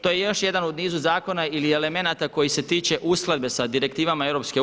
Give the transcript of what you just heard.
To je još jedan u nizu zakona ili elemenata koji se tiče uskladbe sa direktivama EU.